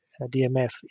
DMF